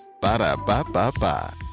Ba-da-ba-ba-ba